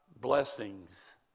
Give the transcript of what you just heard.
blessings